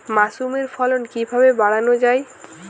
মাসরুমের ফলন কিভাবে বাড়ানো যায়?